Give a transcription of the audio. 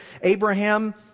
Abraham